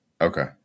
Okay